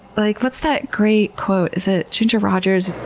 like, what's that great quote? is it ginger rogers?